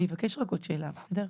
אני אבקש רק עוד שאלה, בסדר?